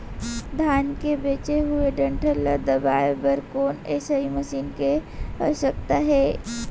धान के बचे हुए डंठल ल दबाये बर कोन एसई मशीन के आवश्यकता हे?